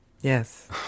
Yes